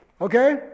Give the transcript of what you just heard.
okay